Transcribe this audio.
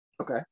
Okay